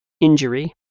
Injury